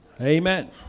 Amen